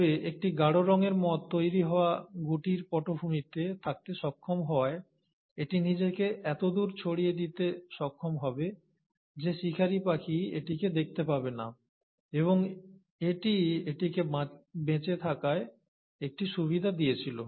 তবে একটি গাড়ো রঙের মথ তৈরি হওয়া গুটির পটভূমিতে থাকতে সক্ষম হওয়ায় এটি নিজেকে এতদূর ছড়িয়ে দিতে সক্ষম হবে যে শিকারী পাখি এটিকে দেখতে পাবে না এবং এটি এটিকে বেঁচে থাকায় একটি সুবিধা দিয়েছিল